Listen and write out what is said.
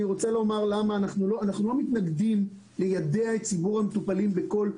אנחנו לא מתנגדים ליידע את ציבור המטופלים בכל פגם,